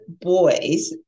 boys